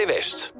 West